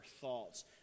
thoughts